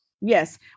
Yes